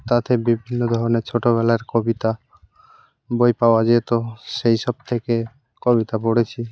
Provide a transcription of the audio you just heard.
তাতে বিভিন্ন ধরনের ছোটবেলার কবিতার বই পাওয়া যেত সেই সব থেকে কবিতা পড়েছি